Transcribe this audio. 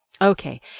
Okay